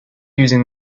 using